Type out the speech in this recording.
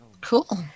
Cool